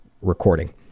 recording